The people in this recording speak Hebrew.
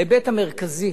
ההיבט המרכזי